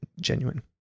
genuine